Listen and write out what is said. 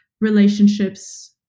relationships